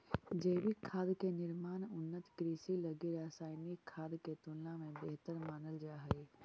जैविक खाद के निर्माण उन्नत कृषि लगी रासायनिक खाद के तुलना में बेहतर मानल जा हइ